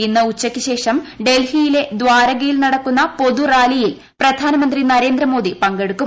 ഇന്ന് ഉച്ചയ്ക്ക് ശേഷം ഡൽഹിയിലെ ദ്വാരകയിൽ നടക്കുന്ന പൊതു റാലിയിൽ പ്രധാനമന്ത്രി നരേന്ദ്രമോദി പങ്കെടുക്കും